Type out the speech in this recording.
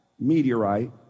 Meteorite